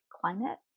climate